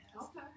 okay